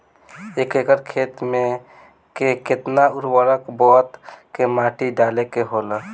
एक एकड़ खेत में के केतना उर्वरक बोअत के माटी डाले के होला?